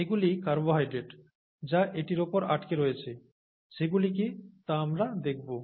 এগুলি কার্বোহাইড্রেট যা এটির উপর আটকে রয়েছে সেগুলি কী তা আমরা দেখব